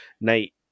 Nate